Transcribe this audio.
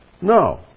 No